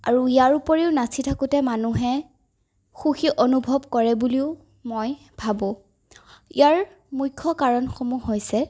আৰু ইয়াৰ উপৰিও নাচি থাকোঁতে মানুহে সুখী অনুভৱ কৰে বুলিও মই ভাবোঁ ইয়াৰ মূখ্য কাৰণসমূহ হৈছে